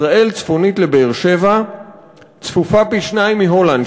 ישראל צפונית לבאר-שבע צפופה פי-שניים מהולנד,